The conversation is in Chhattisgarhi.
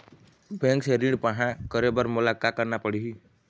बैंक से ऋण पाहां करे बर मोला का करना पड़ही?